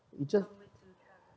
it just